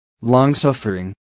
long-suffering